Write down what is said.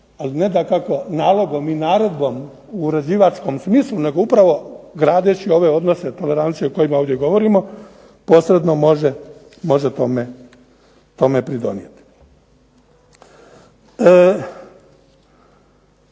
ali ne dakako nalogom i naredbom u uređivačkom smislu, nego upravo gradeći ove odnose tolerancije o kojima ovdje govorimo posredno može tome pridonijeti.